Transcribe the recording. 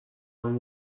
هام